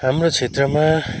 हाम्रो क्षेत्रमा